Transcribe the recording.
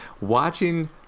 Watching